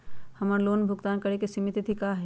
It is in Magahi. हमर लोन भुगतान करे के सिमित तिथि का हई?